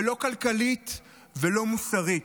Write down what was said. לא כלכלית ולא מוסרית.